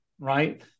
Right